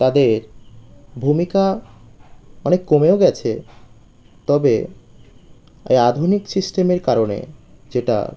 তাদের ভূমিকা অনেক কমেও গিয়েছে তবে ওই আধুনিক সিস্টেমের কারণে যেটা